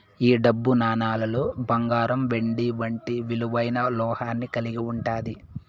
ఈ డబ్బు నాణేలులో బంగారం వెండి వంటి విలువైన లోహాన్ని కలిగి ఉంటాది